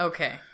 Okay